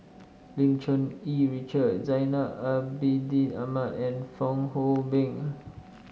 Lim Cherng Yih Richard Zainal Abidin Ahmad and Fong Hoe Beng